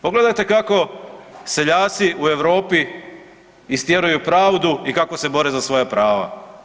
Pogledajte kako seljaci u Europi istjeruju pravdu i kako se bore za svoja prava?